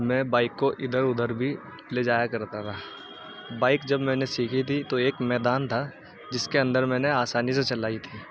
میں بائک کو ادھر ادھر بھی لے جایا کرتا تھا بائک جب میں نے سیکھی تھی تو ایک میدان تھا جس کے اندر میں نے آسانی سے چلائی تھی